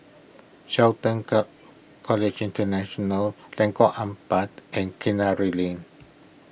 Shelton College International Lengkok Empat and Kinara Lane